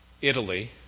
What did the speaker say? Italy